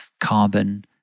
carbon